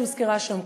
שהוזכרה שם,